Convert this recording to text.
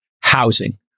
housing